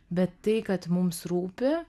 bet tai kad mums rūpi